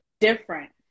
different